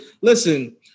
listen